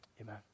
amen